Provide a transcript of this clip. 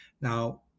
Now